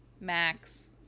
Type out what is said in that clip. Max